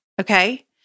okay